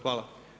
Hvala.